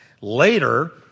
Later